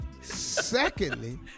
Secondly